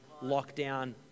lockdown